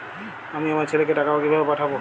আমি আমার ছেলেকে টাকা কিভাবে পাঠাব?